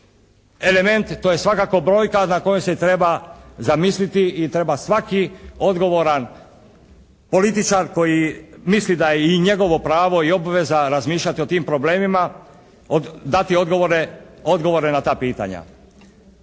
element, to je svakako brojka nad kojom se treba zamisliti i treba svaki odgovoran političar koji misli da je njegovo pravo i obveza razmišljati o tim problemima dati odgovore na ta pitanja.